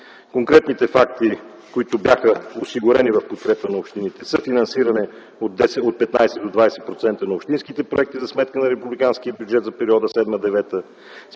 Конкретните факти - в подкрепа на общините: съфинансиране от 15 до 20% на общинските проекти за сметка на републиканския бюджет за периода